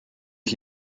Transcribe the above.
ich